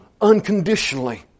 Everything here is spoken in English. unconditionally